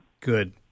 Good